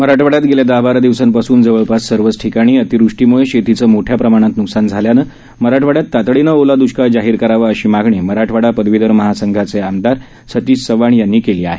मराठवाड्यात गेल्या दहा बारा दिवसांपासून जवळपास सर्वच ठिकाणी अतिवृष्टीमुळे शेतीचं मोठ्या प्रमाणात न्कसान झाल्यानं मराठवाइयात तातडीनं ओला द्ष्काळ जाहीर करावा अशी मागणी मराठवाडा पदवीधर मतदारसंघाचे आमदार सतीश चव्हाण यांनी केली आहे